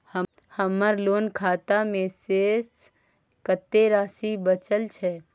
हमर लोन खाता मे शेस कत्ते राशि बचल छै?